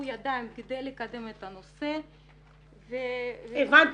ידיים כדי לקדם את הנושא -- הבנתי.